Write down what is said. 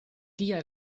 kia